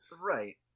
Right